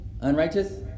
Unrighteous